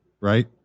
right